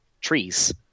trees